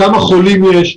כמה חולים יש,